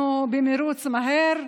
אנחנו במרוץ, מהר,